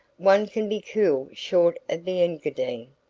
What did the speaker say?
one can be cool short of the engadine.